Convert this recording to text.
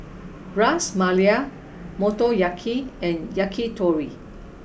Ras Malai Motoyaki and Yakitori